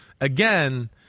again